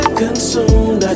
consumed